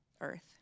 earth